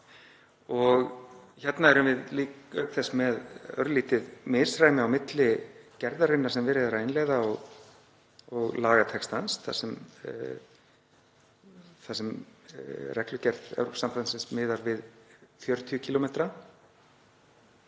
Við erum auk þess með örlítið misræmi á milli gerðarinnar sem verið er að innleiða og lagatextans þar sem reglugerð Evrópusambandsins miðar við 40 km.